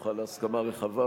זוכה להסכמה רחבה,